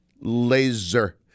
Laser